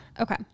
okay